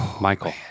Michael